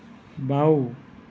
বাঁও